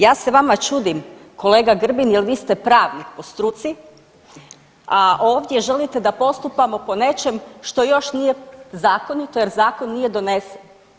Ja se vama čudim kolega Grbin jel vi ste pravnik po struci, a ovdje želite da postupamo po nečem što još nije zakonito jer zakon nije donesen.